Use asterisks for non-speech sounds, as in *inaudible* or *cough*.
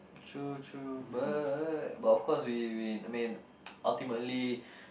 true true but but of course we we mean *noise* ultimately